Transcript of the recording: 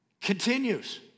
Continues